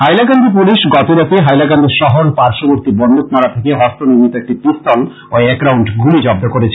Hailakandi police গতরাত হাইলাকান্দি শহর পার্শ্ববর্তী বন্দুক মারা থেকে হস্তনির্মিত একটি পিস্তল ও এক রাউন্ড গুলি জব্দ করেছে